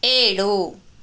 ಏಳು